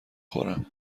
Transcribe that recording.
خورم